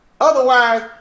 Otherwise